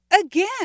Again